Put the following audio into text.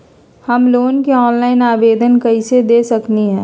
हम लोन के ऑनलाइन आवेदन कईसे दे सकलई ह?